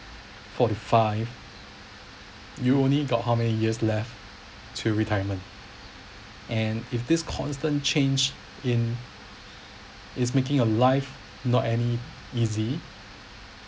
forty five you only got how many years left to retirement and if this constant change in is making your life not any easy